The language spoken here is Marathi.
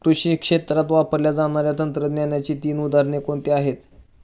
कृषी क्षेत्रात वापरल्या जाणाऱ्या तंत्रज्ञानाची तीन उदाहरणे कोणती आहेत?